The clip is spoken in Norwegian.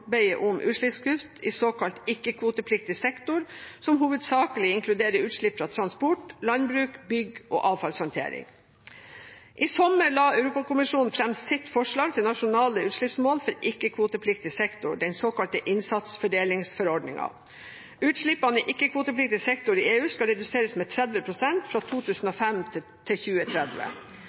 om utslippskutt i såkalt ikke-kvotepliktig sektor, som hovedsakelig inkluderer utslipp fra transport, landbruk, bygg og avfallshåndtering. I sommer la Europakommisjonen fram sitt forslag til nasjonale utslippsmål for ikke-kvotepliktig sektor, den såkalte innsatsfordelingsforordningen. Utslippene i ikke-kvotepliktig sektor i EU skal reduseres med 30 pst. fra 2005 til 2030.